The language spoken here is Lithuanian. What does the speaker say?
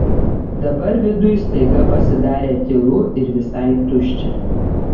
dabar viduj staiga pasidarė tylu ir visai tuščia